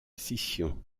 scission